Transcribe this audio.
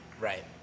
right